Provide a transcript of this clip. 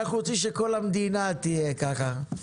אנחנו רוצים שכל המדינה תהיה ככה,